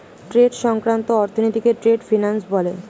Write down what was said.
trade সংক্রান্ত অর্থনীতিকে trade finance বলে